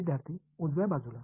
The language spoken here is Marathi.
विद्यार्थीः उजव्या बाजूला